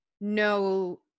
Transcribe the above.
no